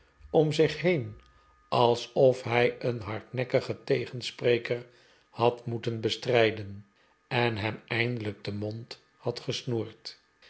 om zich heen alsof hij een hardnekkigen tegenspreker had moeten bestrijden en hem eindelijk den mond had gesnoerd